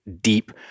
deep